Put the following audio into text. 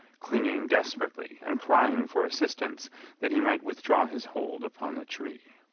clinging desperately and crying for assistance that he might withdraw his hold upon the tree.